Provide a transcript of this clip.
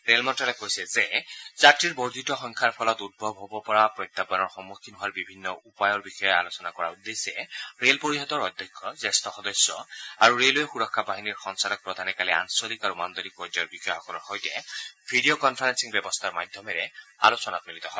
rail মন্তালয়ে কৈছে যে যাত্ৰীৰ বৰ্ধিত সংখ্যাৰ ফলত উদ্ভৱ হব পৰা প্ৰত্যায়ানৰ সন্মুখীন হোৱাৰ বিভিন্ন উপায়ৰ বিষয়ে আলোচনা কৰাৰ উদ্দেশ্যে ৰেল পৰিষদৰ অধ্যক্ষ জ্যেষ্ঠ সদস্য আৰু ৰেলৱে সুৰক্ষা বাহিনীৰ সঞ্চালক প্ৰধানে কালি আঞ্চলিক আৰু মাণ্ডলিক পৰ্যায়ৰ বিষয়াসকলৰ সৈতে ভিডিঅ' কনফাৰেপিং ব্যৱস্থাৰ মাধ্যমেৰে আলোচনাত মিলিত হয়